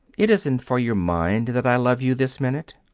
it isn't for your mind that i love you this minute.